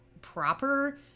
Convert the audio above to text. proper